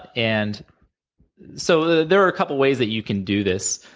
and so, there are a couple of ways that you can do this,